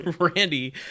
Randy